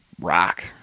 rock